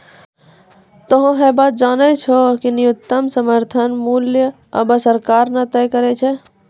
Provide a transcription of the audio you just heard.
तोहों है बात जानै छौ कि न्यूनतम समर्थन मूल्य आबॅ सरकार न तय करै छै